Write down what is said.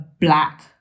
black